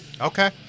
okay